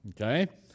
okay